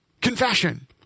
Confession